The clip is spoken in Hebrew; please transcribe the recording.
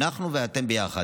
אנחנו ואתם ביחד,